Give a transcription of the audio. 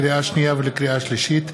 לקריאה שנייה ולקריאה שלישית: